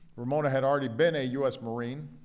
ramona had already been a u s. marine.